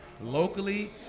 locally